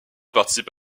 participe